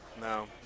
No